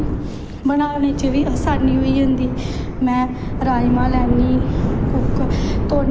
फिरी लोह्ड़ी मंगदे लोग घरें घरें जंदे बच्चे फिर उनें ई पैसे दिंदे